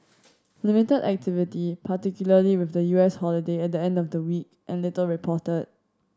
limited activity particularly with the U S holiday at the end of the week and little reported